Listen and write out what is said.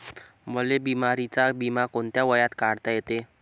मले बिमारीचा बिमा कोंत्या वयात काढता येते?